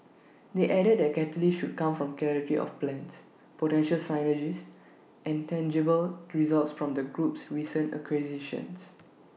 they added that catalysts should come from clarity of plans potential synergies and tangible results from the group's recent acquisitions